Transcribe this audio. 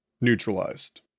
Neutralized